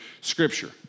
Scripture